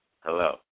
Hello